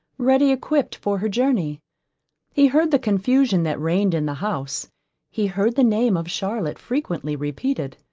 ready equipped for her journey he heard the confusion that reigned in the house he heard the name of charlotte frequently repeated.